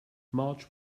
march